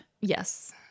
yes